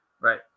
Right